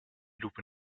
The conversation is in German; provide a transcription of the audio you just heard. lupe